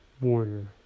warrior